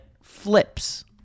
flips